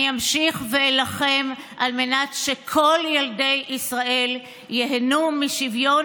אני אמשיך ואילחם על מנת שכל ילדי ישראל ייהנו משוויון